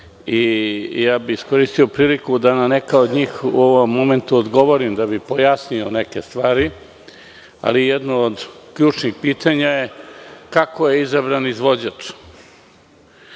i ja bih iskoristio priliku da na neka od njih odgovorim, da bismo pojasnili neke stvari, ali jedno od ključnih pitanja je kako je izabran izvođač. Mi